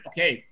Okay